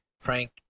Frank